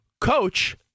Coach